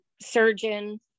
surgeon